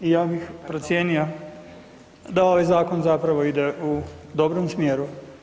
Ja bih procijenio da ovaj zakon zapravo ide u dobrom smjeru.